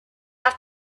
have